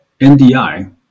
NDI